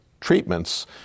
treatments